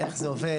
איך זה עובד,